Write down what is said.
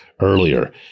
earlier